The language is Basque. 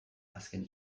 azken